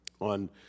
on